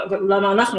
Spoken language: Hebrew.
למה "אנחנו"?